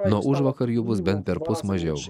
nuo užvakar jų bus bent perpus mažiau